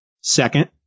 second